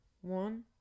One